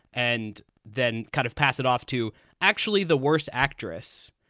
and then kind of pass it off to actually the worst actress,